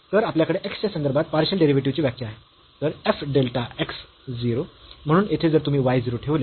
तर आपल्याकडे x च्या संदर्भात पार्शियल डेरिव्हेटिव्ह ची व्याख्या आहे तर f डेल्टा x 0 म्हणून येथे जर तुम्ही y 0 ठेवले